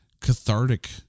cathartic